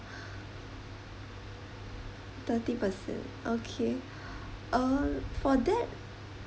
thirty percent okay uh for that